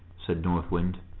said north wind.